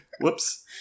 whoops